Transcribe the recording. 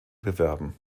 bewerben